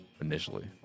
Initially